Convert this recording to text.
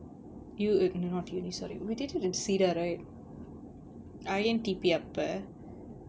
u~ eh not uni sorry we did it in cedar right I_N_T_P அப்ப:appa